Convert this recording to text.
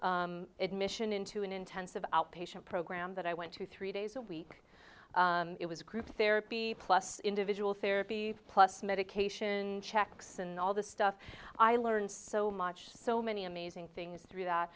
admission into an intensive outpatient program that i went to three days a week it was group therapy plus individual therapy plus medication checks and all the stuff i learned so much so many amazing things through that